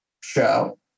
show